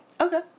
Okay